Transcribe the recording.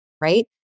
right